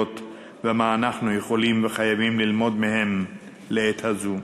ומה אנחנו יכולים וחייבים ללמוד מהן לעת הזו.